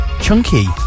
Chunky